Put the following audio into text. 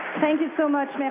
thank you so much.